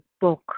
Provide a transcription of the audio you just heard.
book